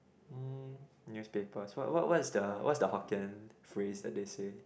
mm newspapers what what what is the what is the Hokkien phrase that they say